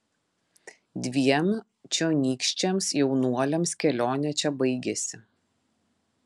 dviem čionykščiams jaunuoliams kelionė čia baigėsi